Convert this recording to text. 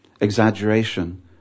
exaggeration